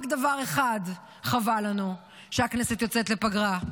רק דבר אחד חבל לנו שהכנסת יוצאת לפגרה,